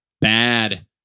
Bad